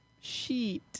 Sheet